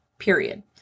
period